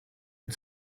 red